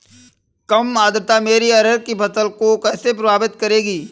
कम आर्द्रता मेरी अरहर की फसल को कैसे प्रभावित करेगी?